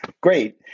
great